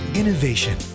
innovation